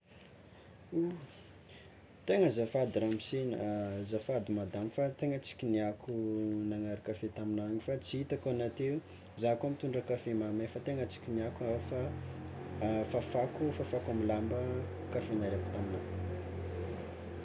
Ho! Tegna azafady ramose azafady madamo fa tegna tsy kinihako nagnary taminao igny fa tsitako agnao teo fa za koa mitondra kafe mamay, fa tegna tsy kinihako ao fa fafako fafako amy lamba kafe nariàko taminao teo.